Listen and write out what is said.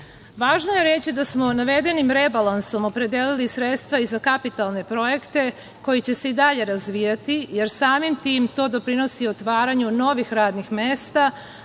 plata. Važno je reći da smo navedenim rebalansom opredelili sredstva i za kapitalne projekte koji će se i dalje razvijati, jer samim tim to doprinosi otvaranju novih radnih mesta,